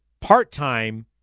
part-time